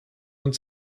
und